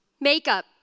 makeup